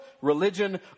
religion